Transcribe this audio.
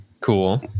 Cool